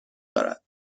دارد